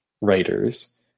writers